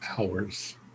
hours